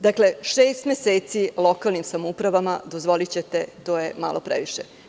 Dakle, šest meseci lokalnim samoupravama, dozvolićete, to je malo previše.